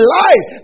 life